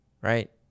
right